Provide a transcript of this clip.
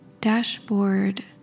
dashboard